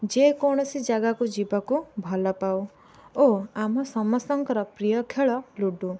ଯେକୌଣସି ଜାଗାକୁ ଯିବାକୁ ଭଲ ପାଉ ଓ ଆମ ସମସ୍ତଙ୍କର ପ୍ରିୟ ଖେଳ ଲୁଡୁ